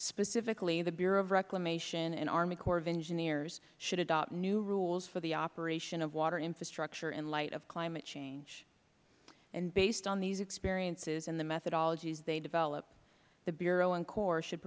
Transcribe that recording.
specifically the bureau of reclamation and army corps of engineers should adopt new rules for the operation of water infrastructure in light of climate change and based on these experiences and the methodologies they develop the bureau and corps should